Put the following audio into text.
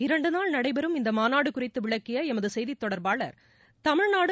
இரண்டு நாள் நடைபெறும் மாநாடு குறித்து விளக்கிய எமது செய்தி தொடர்பாளர் தமிழ்நாடு